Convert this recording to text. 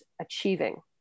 achieving